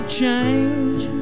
change